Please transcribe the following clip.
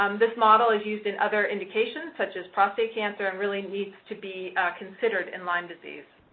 um this model is used in other indications, such as prostate cancer, and really needs to be considered in lyme disease.